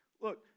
look